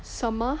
什么